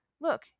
look